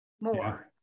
more